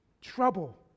trouble